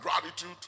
gratitude